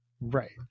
right